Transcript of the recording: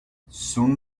soon